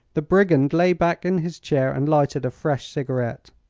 the brigand lay back in his chair and lighted a fresh cigarette.